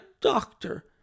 doctor